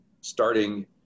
starting